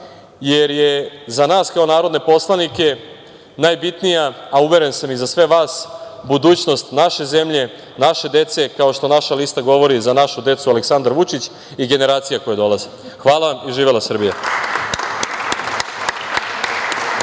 jer je za nas kao narodne poslanike najbitnija, a uveren sam i za sve vas, budućnost naše zemlje, naše dece. Kao što naša lista govori, Za našu decu – Aleksandar Vučić i generacije koje dolaze. Hvala i živela Srbija.